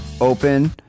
open